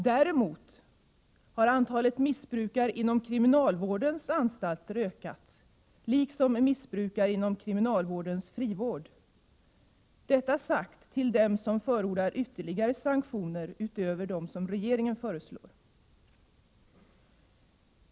Däremot har antalet missbrukare inom kriminalvårdens anstalter ökat, liksom missbrukare inom kriminalvårdens frivård. Detta sagt till dem som förordar ytterligare sanktioner utöver dem som regeringen föreslår.